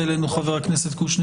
יש פה פגיעה בכבוד של מישהו?